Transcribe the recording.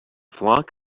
flock